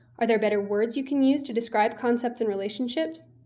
are there better words you can use to describe concepts and relationships?